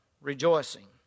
rejoicing